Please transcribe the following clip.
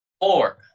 Four